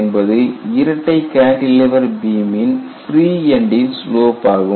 என்பது இரட்டை கேண்டிலெவர் பீமின் ஃப்ரீ என்டின் ஸ்லோப் ஆகும்